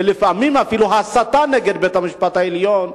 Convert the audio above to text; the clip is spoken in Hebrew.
ולפעמים אפילו הסתה נגד בית-המשפט העליון,